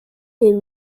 they